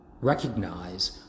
recognize